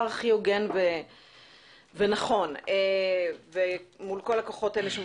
הכי הוגן ונכון עם כל הכוחות שמושכים.